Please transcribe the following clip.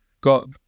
got